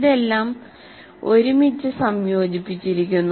ഇതെല്ലാം ഒരുമിച്ച് സംയോജിപ്പിച്ചിരിക്കുന്നു